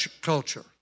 culture